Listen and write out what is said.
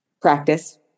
Practice